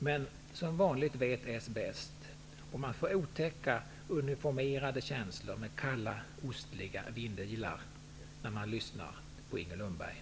Men som vanligt vet s bäst, och jag får otäcka, uniformerade känslor av kalla, ostliga vindilar när jag lyssnar på Inger Lundberg.